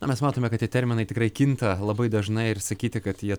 na mes matome kad tie terminai tikrai kinta labai dažnai ir sakyti kad jie